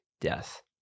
death